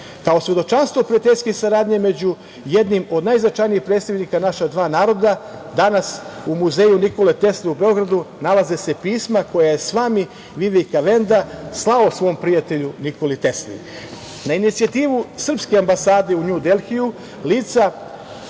svedočanstvo prijateljske saradnje među jednim od najznačajnijih predstavnika naša dva naroda, danas u Muzeju Nikole Tesle u Beogradu nalaze se pisma koja je Svami Vivekananda slao svom prijatelju Nikoli Tesli. Na inicijativu srpske ambasade u Nju Delhiju lica